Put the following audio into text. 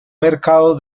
mercado